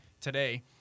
today